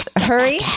hurry